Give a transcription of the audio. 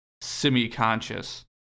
semi-conscious